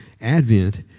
Advent